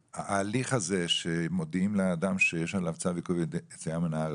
ההליך הזה שמודיעים לאדם שיש עליו צו עיכוב יציאה מן הארץ,